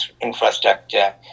infrastructure